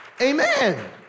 Amen